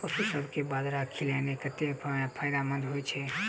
पशुसभ केँ बाजरा खिलानै कतेक फायदेमंद होइ छै?